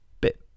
bit